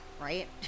right